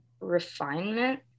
refinement